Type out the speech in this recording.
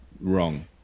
wrong